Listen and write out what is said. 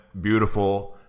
beautiful